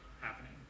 happening